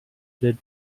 did